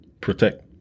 Protect